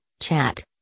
chat